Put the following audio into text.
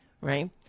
right